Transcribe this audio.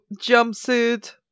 jumpsuit